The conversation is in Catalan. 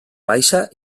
baixa